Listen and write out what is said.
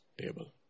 table